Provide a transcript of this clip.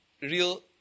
real